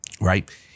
right